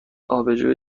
آبجو